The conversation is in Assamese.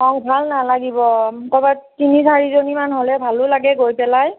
অঁ ভাল নালাগিব কৰবাত তিনি চাৰিজনীমান হ'লে ভালো লাগে গৈ পেলাই